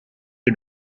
you